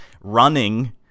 Running